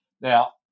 Now